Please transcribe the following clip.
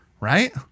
right